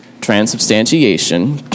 transubstantiation